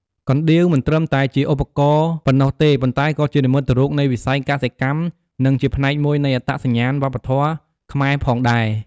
កណ្ដៀវមិនត្រឹមតែជាឧបករណ៍ប៉ុណ្ណោះទេ ប៉ុន្តែក៏ជានិមិត្តរូបនៃវិស័យកសិកម្ម និងជាផ្នែកមួយនៃអត្តសញ្ញាណវប្បធម៌ខ្មែរផងដែរ។